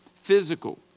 physical